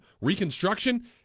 reconstruction